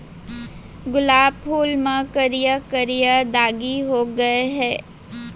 गुलाब फूल म करिया करिया दागी हो गय हे